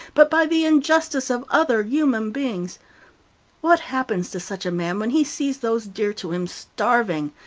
but by the injustice of other human beings what happens to such a man when he sees those dear to him starving,